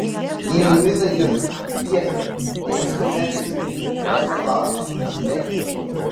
į luizą jis tiesa dėmesio nekreipė jos neklausė ir vengė